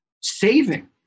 saving